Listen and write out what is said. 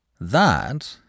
That